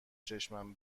چشمم